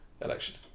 election